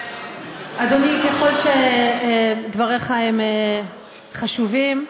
אדוני, ככל שדבריך הם חשובים,